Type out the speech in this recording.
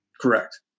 Correct